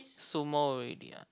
sumo already ah